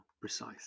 precise